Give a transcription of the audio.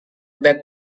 beg